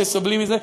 שסובלים מזה.